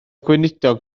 gweinidog